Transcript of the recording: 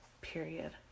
period